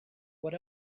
what